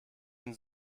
den